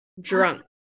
drunk